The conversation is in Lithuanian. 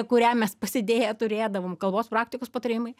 kurią mes pasidėję turėdavom kalbos praktikos patarimai